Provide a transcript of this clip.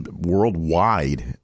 worldwide